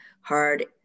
hard